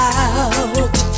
out